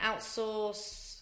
outsource